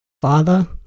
father